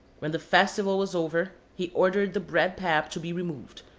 when the festival was over he ordered the bread pap to be removed,